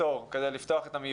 כמי